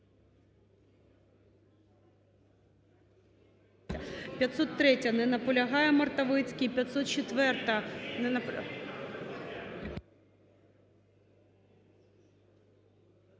503-я, не наполягає Мартовицький. 504-а. Не наполягає…